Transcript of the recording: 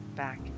Back